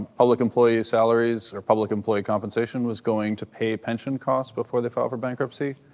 public employee salaries or public employee compensation was going to pay pension costs before they filed for bankruptcy?